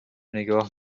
نگاه